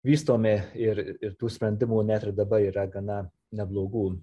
vystomi ir ir tų sprendimų net ir dabar yra gana neblogų